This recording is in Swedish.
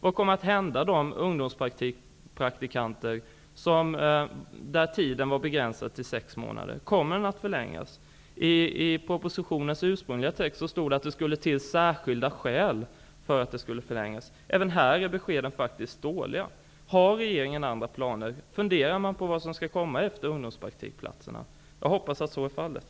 Vad kommer att hända de ungdomspraktikanter vars anställningstid var begränsad till sex månader? Kommer tiden att förlängas? I propositionens ursprungliga text stod det att det skulle till särskilda skäl för att tiden skulle förlängas. Även här är beskeden faktiskt dåliga. Har regeringen andra planer? Funderar man på vad som skall komma efter ungdomspraktikplatserna? Jag hoppas att så är fallet.